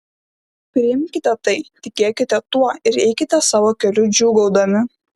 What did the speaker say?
priimkite tai tikėkite tuo ir eikite savo keliu džiūgaudami